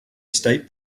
state